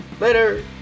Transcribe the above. Later